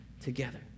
together